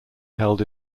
held